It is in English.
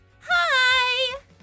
Hi